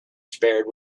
spared